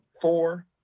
four